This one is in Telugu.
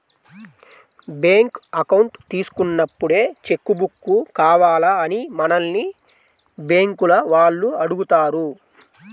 బ్యేంకు అకౌంట్ తీసుకున్నప్పుడే చెక్కు బుక్కు కావాలా అని మనల్ని బ్యేంకుల వాళ్ళు అడుగుతారు